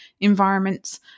environments